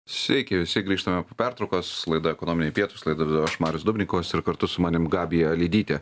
sveiki visi grįžtame po pertraukos laida ekonominiai pietūs laidą vedu aš marius dubnikovas ir kartu su manim gabija lidytė